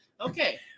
Okay